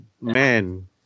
man